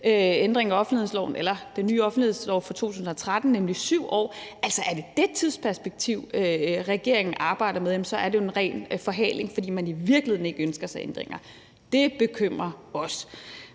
ændring af den nye offentlighedslov fra 2013, nemlig 7 år. Altså, er det dét tidsperspektiv, regeringen arbejder med? Jamen så er det jo en ren forhaling, fordi man i virkeligheden ikke ønsker sig ændringer. Det bekymrer os.